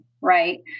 right